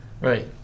right